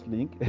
Link